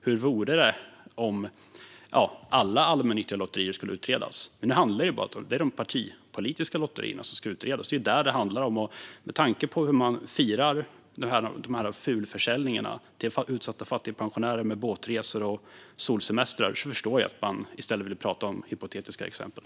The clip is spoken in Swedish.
Hur vore det om alla allmännyttiga lotterier skulle utredas? Men nu handlar det bara om att de partipolitiska lotterierna ska utredas. Med tanke på hur man firar de här fulförsäljningarna till utsatta fattigpensionärer med båtresor och solsemestrar förstår jag att ni i stället vill prata om hypotetiska exempel.